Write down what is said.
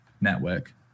network